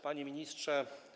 Panie Ministrze!